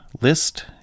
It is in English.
list